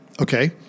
okay